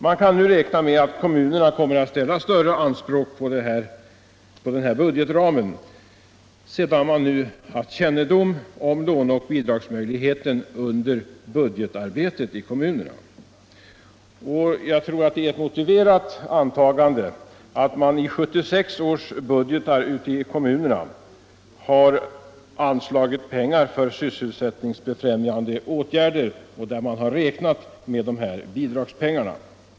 Vi kan nu förutsätta att kommunerna kommer att ställa större anspråk på denna budgetram sedan man haft kännedom om låneoch bidragsmöjligheten under budgetarbetet i kommunerna. Jag tror att det är motiverat att anta att man i 1976 års budgetar ute i kommunerna har anslagit pengar för sysselsättningsbefrämjande åtgärder, varvid man har räknat med dessa bidragspengar.